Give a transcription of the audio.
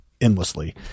endlessly